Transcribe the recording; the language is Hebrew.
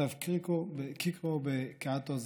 כתב קיקרו ב"קאטו הזקן".